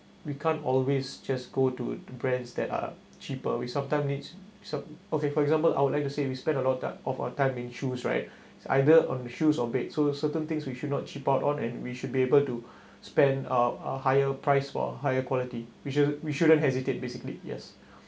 we can't always just go to brands that are cheaper we sometime needs okay for example I would like to say we spend a lot of time of our time in shoes right is either on the shoes or bed so certain things we should not cheap out on and we should be able to spend uh a higher price for a higher quality we should we shouldn't hesitate basically yes